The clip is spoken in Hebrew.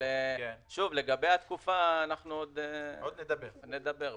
שוב, לגבי התקופה, עוד נדבר בהמשך.